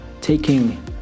taking